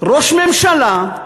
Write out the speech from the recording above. ראש ממשלה,